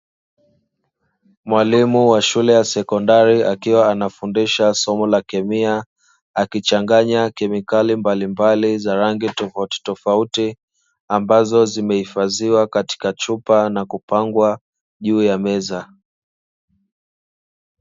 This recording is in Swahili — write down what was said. Mwalimu wa shule ya sekondari akiwa anafundisha somo la kemia akichanganya kemikali mbalimbali za rangi tofautitifauti ambazo zimehifadhiwa katika chupa na kupangwa juu ya meza.